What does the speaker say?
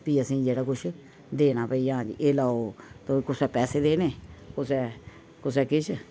फ्ही असेंगी जेह्ड़ा कुछ देना ते भई एह् लैओ ते कुसै पैसे देने ते कुसै कुसै किश